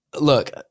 look